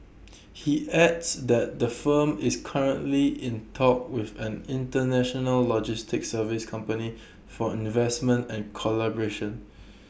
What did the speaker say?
he adds that the firm is currently in talks with an International logistics services company for investment and collaboration